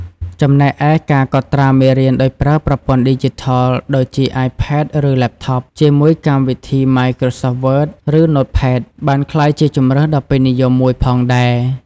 ចំណែកឯ ការកត់ត្រាមេរៀនដោយប្រើប្រព័ន្ធឌីជីថល ដូចជា អាយផេត ឬ ឡេបថប ជាមួយកម្មវិធី ម៉ាយក្រសប វើត ឬ ណូតផេត បានក្លាយជាជម្រើសដ៏ពេញនិយមមួយផងដែរ។